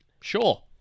sure